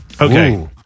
Okay